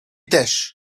też